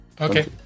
Okay